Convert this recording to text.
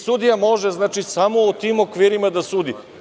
Sudija može samo u tim okvirima da sudi.